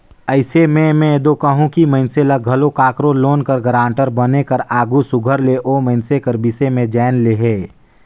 अइसे में में दो कहूं कि मइनसे ल घलो काकरो लोन कर गारंटर बने कर आघु सुग्घर ले ओ मइनसे कर बिसे में जाएन लेहे